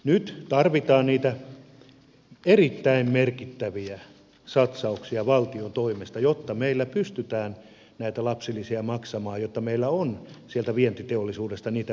nyt tarvitaan niitä erittäin merkittäviä satsauksia valtion toimesta jotta meillä pystytään näitä lapsilisiä maksamaan jotta meillä on sieltä vientiteollisuudesta niitä verotuloja